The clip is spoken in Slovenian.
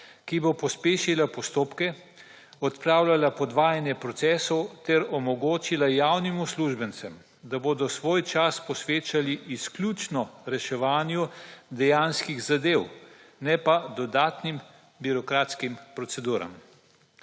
ki bo pospešila postopke, odpravljala podvajanje procesov ter omogočila javnim uslužbencem, da bodo svoj čas posvečali izključno reševanju dejanskih zadev ne pa dodatnim birokratskim proceduram.